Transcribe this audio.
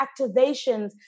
activations